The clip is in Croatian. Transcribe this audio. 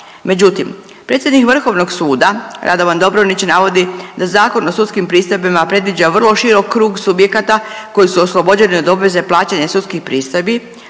Međutim, predsjednik Vrhovnog suda Radovan Dobronić navodi da Zakon o sudskim pristojbama predviđa vrlo širok krug subjekata koji su oslobođeni od obveze plaćanja sudskih pristojbi.